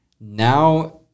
now